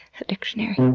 addictionary.